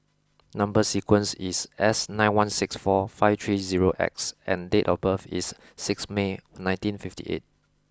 number sequence is S nine one six four five three zero X and date of birth is six May nineteen fifty eight